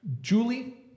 Julie